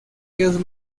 ellos